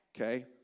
okay